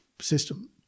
system